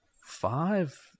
five